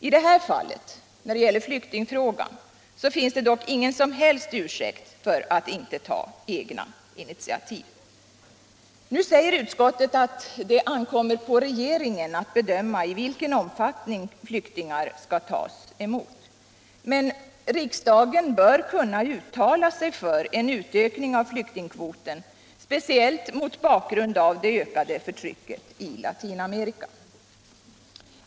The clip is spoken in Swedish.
I det här fallet, när det gäller flyktingfrågan, finns det dock ingen som helst ursäkt för att inte ta egna initiativ. Nu säger utskottet att det ankommer på regeringen att bedöma i vilken omfattning flyktingar skall tas emot. Men riksdagen bör kunna uttala sig för en utökning av flyktingkvoten, speciellt mot bakgrund av det ökade förtrycket i Latinamerika.